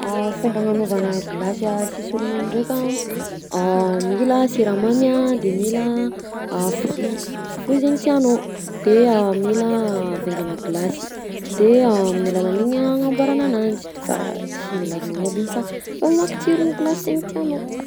Fomba agnanaovana glasy sisy ronono ndraika: mila siramamy a de mila a fruit, fruit zaigny tianao, de mila vaingana glasy, de amin'ny alalan'igny a agnamboarana ananjy, d'efa sy mila ronono aby igny fa mamoaka tsiron'ny glasy zaigny tianao.